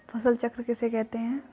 फसल चक्र किसे कहते हैं?